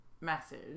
message